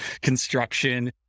construction